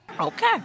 Okay